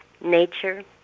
Nature